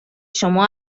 شما